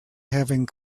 having